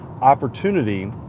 opportunity